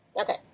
Okay